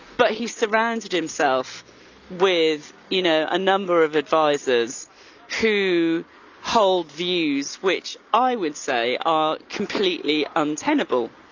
but he surrounded himself with you know a number of advisors who hold views, which i would say are completely untenable.